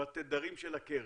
בתדרים של הקרן.